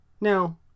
Now